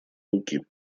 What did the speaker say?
руки